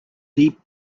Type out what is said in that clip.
deep